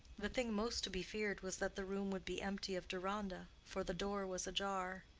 the thing most to be feared was that the room would be empty of deronda, for the door was ajar.